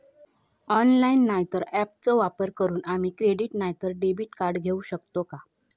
Online नाय तर ऍपचो वापर करून आम्ही क्रेडिट नाय तर डेबिट कार्ड घेऊ शकतो का?